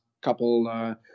couple